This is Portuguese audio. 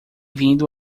vindo